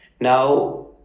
Now